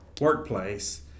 workplace